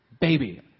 Baby